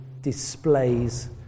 displays